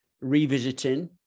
revisiting